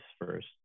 first